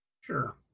Sure